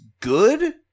good